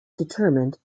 determined